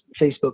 Facebook